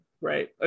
right